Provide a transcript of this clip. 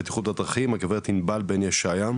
הגב' ענבל בן ישעיה,